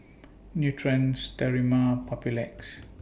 Nutren Sterimar and Papulex